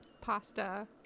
pasta